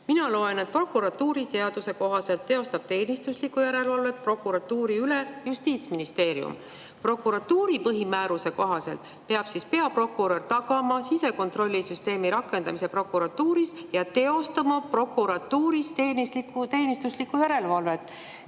Mina loen, et prokuratuuriseaduse kohaselt teostab teenistuslikku järelevalvet prokuratuuri üle Justiitsministeerium. Prokuratuuri põhimääruse kohaselt peab peaprokurör tagama sisekontrollisüsteemi rakendamise prokuratuuris ja teostama prokuratuuris teenistuslikku järelevalvet.